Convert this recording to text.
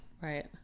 right